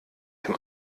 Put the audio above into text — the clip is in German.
dem